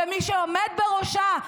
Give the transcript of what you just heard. ומי שעומד בראשה,